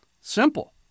Simple